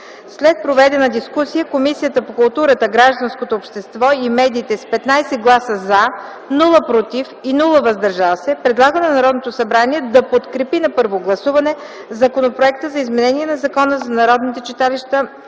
След проведена дискусия Комисията по културата, гражданското общество и медиите с 15 гласа „за”, без „против” и „въздържал се” предлага на Народното събрание да подкрепи на първо гласуване Законопроекта за изменение на Закона за народните читалища,